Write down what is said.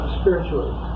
spiritually